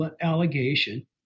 allegation